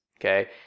Okay